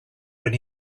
when